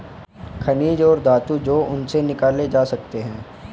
खनिज और धातु जो उनसे निकाले जा सकते हैं